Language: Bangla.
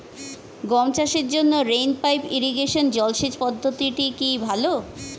গম চাষের জন্য রেইন পাইপ ইরিগেশন জলসেচ পদ্ধতিটি কি ভালো?